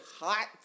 hot